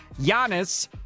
Giannis